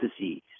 disease